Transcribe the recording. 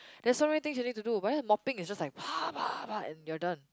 there's so many things you need to do but then the mopping is just like and you're done